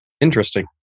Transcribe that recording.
Interesting